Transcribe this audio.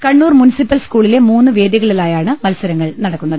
Kannur municipal സ്കൂളിലെ മൂന്ന് വേ ദികളിലായാണ് മത്സരങ്ങൾ നടക്കുന്നത്